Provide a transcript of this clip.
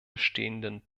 stehenden